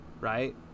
right